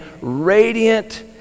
radiant